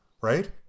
Right